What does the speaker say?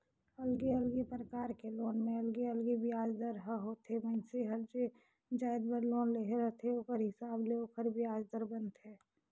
अलगे अलगे परकार के लोन में अलगे अलगे बियाज दर ह होथे, मइनसे हर जे जाएत बर लोन ले रहथे ओखर हिसाब ले ओखर बियाज दर बनथे